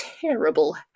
terrible